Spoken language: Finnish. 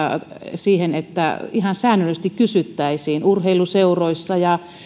siihen että ihan säännöllisesti kysyttäisiin urheiluseuroissa ja